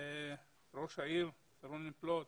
ראש העיר רונן פלוט,